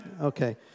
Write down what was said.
Okay